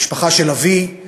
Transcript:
המשפחה של אבי,